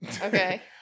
okay